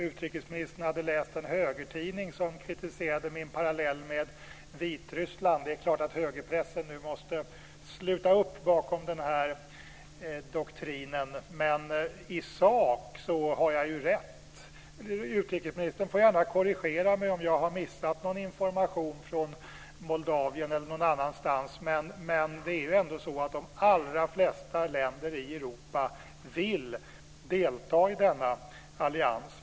Utrikesministern hade läst en högertidning som kritiserade min parallell med Vitryssland. Det är klart att högerpressen nu måste sluta upp bakom den här doktrinen. Men i sak har jag ju rätt. Utrikesministern får gärna korrigera mig om jag har missat någon information från Moldavien eller någon annanstans, men det är ändå så att de allra flesta länder i Europa vill delta i denna allians.